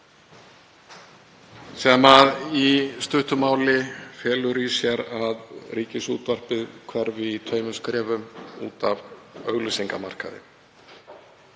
sem í stuttu máli felur í sér að Ríkisútvarpið hverfi í tveimur skrefum út af auglýsingamarkaði.